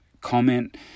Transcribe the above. comment